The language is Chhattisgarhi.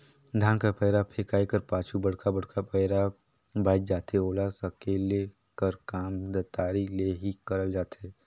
धान कर पैरा फेकाए कर पाछू बड़खा बड़खा पैरा बाएच जाथे ओला सकेले कर काम दँतारी ले ही करल जाथे